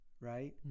right